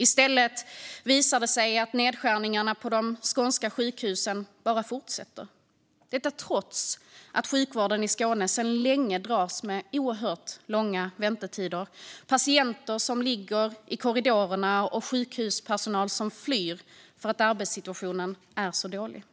I stället visar det sig att nedskärningarna på de skånska sjukhusen bara fortsätter, trots att sjukvården i Skåne sedan länge dras med långa väntetider, patienter som ligger i korridorerna och sjukhuspersonal som flyr för att arbetssituationen är så dålig.